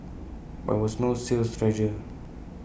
but IT was no sales treasure